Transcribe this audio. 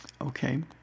Okay